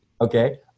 Okay